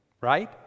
right